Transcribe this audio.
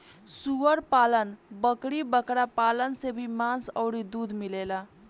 सूअर पालन, बकरी बकरा पालन से भी मांस अउरी दूध मिलेला